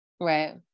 right